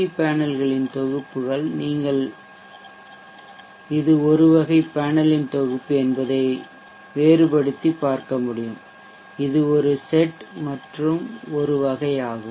we பேனல்களின் தொகுப்புகள் நீங்கள் இது ஒரு வகை பேனலின் ஒரு தொகுப்பு என்பதை வேறுபடுத்திப் பார்க்க முடியும் இது ஒரு செட் மற்றும் ஒரு வகை ஆகும்